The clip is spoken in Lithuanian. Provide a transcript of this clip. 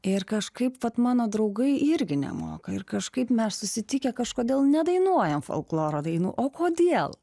ir kažkaip vat mano draugai irgi nemoka ir kažkaip mes susitikę kažkodėl nedainuojam folkloro dainų o kodėl